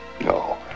No